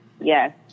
Yes